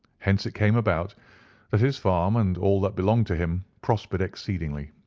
hence it came about that his farm and all that belonged to him prospered exceedingly.